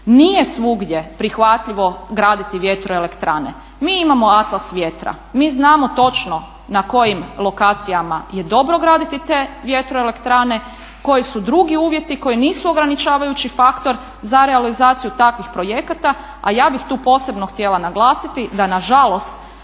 Nije svugdje prihvatljivo graditi vjetroelektrane. Mi imamo atlas vjetra, mi znamo točno na kojim lokacijama je dobro graditi te vjetroelektrane, koji su drugi uvjeti koji nisu ograničavajući faktor za realizaciju takvih projekata. A ja bih tu posebno htjela naglasiti da nažalost